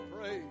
Praise